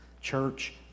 church